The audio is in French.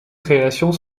créations